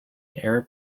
air